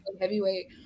heavyweight